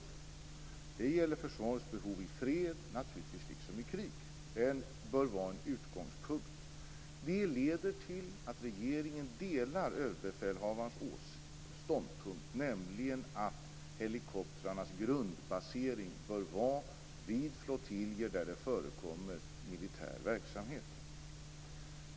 Det gäller naturligtvis Försvarets behov i fred liksom i krig. Det bör vara en utgångspunkt. Det leder till att regeringen delar Överbefälhavarens ståndpunkt, nämligen att helikoptrarnas grundbasering bör vara vid flottiljer där det förekommer militär verksamhet.